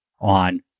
on